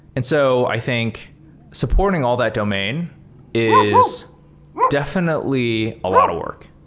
and so i think supporting all that domain is definitely a lot of work.